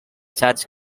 church